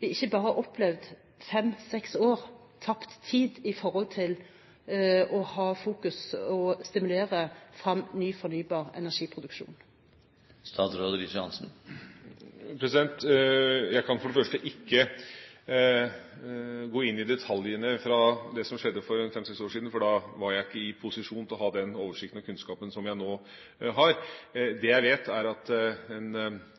vi ikke bare har opplevd fem–seks år tapt tid når det gjelder å fokusere på og stimulere fram ny fornybar energiproduksjon. Jeg kan for det første ikke gå inn i detaljene i det som skjedde for fem–seks år siden, for da var jeg ikke i posisjon til å ha den oversikten og kunnskapen som jeg nå har. Det jeg vet, er at en